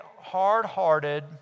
hard-hearted